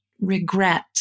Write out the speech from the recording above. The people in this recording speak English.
regret